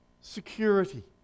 security